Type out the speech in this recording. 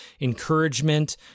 encouragement